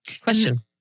question